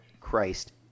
christ